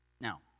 Now